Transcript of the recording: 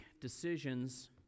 decisions